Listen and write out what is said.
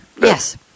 Yes